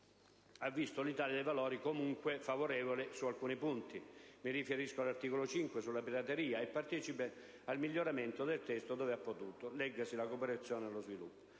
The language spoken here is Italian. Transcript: ha visto l'Italia dei Valori comunque favorevole su alcuni punti - mi riferisco all'articolo 5 sulla pirateria - e partecipe al miglioramento del testo, dove ha potuto, come nel caso della cooperazione allo sviluppo.